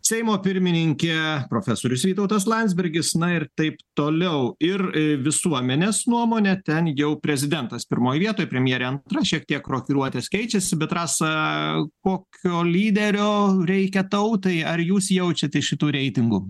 seimo pirmininkė profesorius vytautas landsbergis na ir taip toliau ir visuomenės nuomone ten jau prezidentas pirmoj vietoj premjerė antra šiek tiek rokiruotės keičiasi bet rasa kokio lyderio reikia tautai ar jūs jaučiat iš šitų reitingų